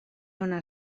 ona